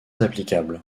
applicable